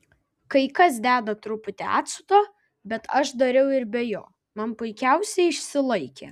kai kas deda truputį acto bet aš dariau ir be jo man puikiausiai išsilaikė